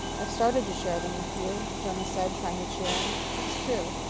i've started to share them with you, jonas said, try ing to cheer him. that's true.